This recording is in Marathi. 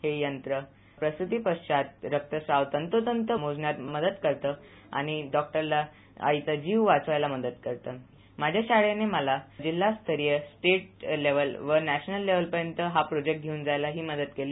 हे यंत्र प्रसूती पश्चात रक्तस्राव तंतोतंत मोजण्यास मदत करत आणि डॉक्टरला आईचा जीव वाचवायला मदत करत माझ्या शाळेने मला जिल्हास्तरीय स्टेट लेवल व नॅशनल लेवल पर्यंत हा प्रोजेक्ट घेऊन जायला ही मदत केली